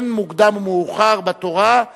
אין מוקדם ומאוחר בתורה,